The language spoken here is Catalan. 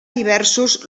diversos